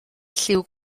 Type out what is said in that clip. lliw